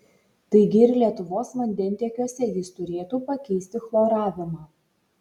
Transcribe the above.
taigi ir lietuvos vandentiekiuose jis turėtų pakeisti chloravimą